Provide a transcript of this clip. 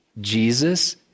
Jesus